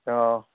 অঁ